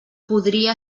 podria